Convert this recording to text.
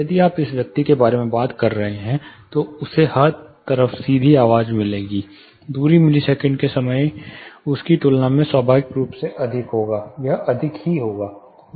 यदि आप इस व्यक्ति के बारे में बात कर रहे हैं तो उसे हर तरफ सीधी आवाज मिलेगी दूरी मिलीसेकंड में समय उसकी तुलना में स्वाभाविक रूप से अधिक होगा यह अधिक होगा